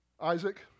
Isaac